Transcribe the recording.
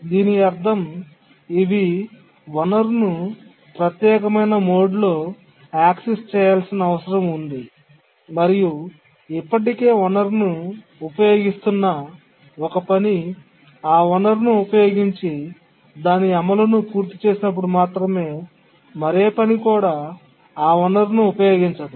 దీని అర్థం ఇవి వనరును ప్రత్యేకమైన మోడ్లో యాక్సెస్ చేయాల్సిన అవసరం ఉంది మరియు ఇప్పటికే వనరును ఉపయోగిస్తున్న ఒక పని ఆ వనరును ఉపయోగించి దాని అమలును పూర్తి చేసినప్పుడు మాత్రమే మరే పని కూడా ఆ వనరును ఉపయోగించదు